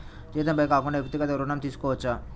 జీతంపై కాకుండా వ్యక్తిగత ఋణం తీసుకోవచ్చా?